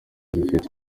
zifite